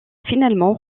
finalement